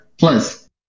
Plus